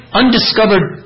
undiscovered